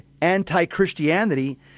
anti-Christianity